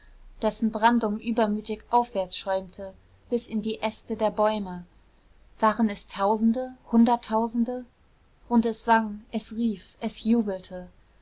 dessen brandung übermütig aufwärtsschäumte bis in die äste der bäume waren es tausende hunderttausende und es sang es rief es jubelte